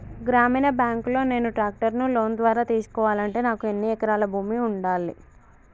గ్రామీణ బ్యాంక్ లో నేను ట్రాక్టర్ను లోన్ ద్వారా తీసుకోవాలంటే నాకు ఎన్ని ఎకరాల భూమి ఉండాలే?